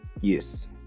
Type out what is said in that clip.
Yes